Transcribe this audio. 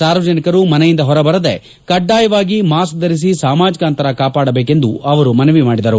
ಸಾರ್ವಜನಿಕರು ಮನೆಯಿಂದ ಹೊರಬರದೇ ಕಡ್ಡಾಯವಾಗಿ ಮಾಸ್ಕ್ ಧರಿಸಿ ಸಾಮಾಜಿಕ ಅಂತರ ಕಾಪಾಡಬೇಕೆಂದು ಅವರು ಮನವಿ ಮಾಡಿದರು